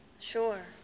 Sure